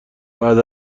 بعد